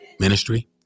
ministry